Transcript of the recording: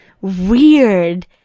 weird